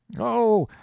oh,